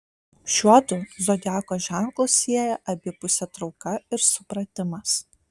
šiuodu zodiako ženklus sieja abipusė trauka ir supratimas